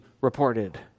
reported